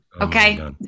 Okay